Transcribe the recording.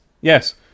yes